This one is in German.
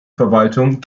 verwaltung